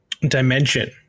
dimension